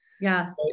Yes